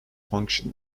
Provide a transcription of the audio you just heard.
function